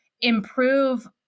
improve